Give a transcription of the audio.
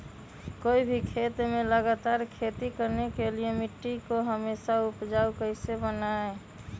कोई भी खेत में लगातार खेती करने के लिए मिट्टी को हमेसा उपजाऊ कैसे बनाय रखेंगे?